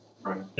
Right